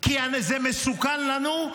כי זה מסוכן לנו,